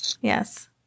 Yes